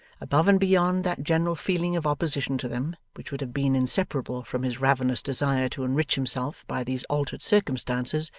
above and beyond that general feeling of opposition to them, which would have been inseparable from his ravenous desire to enrich himself by these altered circumstances,